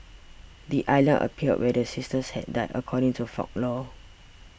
the islands appeared where the sisters had died according to folklore